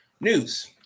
News